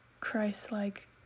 Christ-like